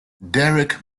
derek